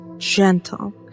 Gentle